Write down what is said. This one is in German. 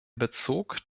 bezog